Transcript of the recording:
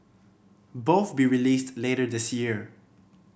both be released later this year